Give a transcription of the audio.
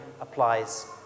applies